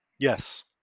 Yes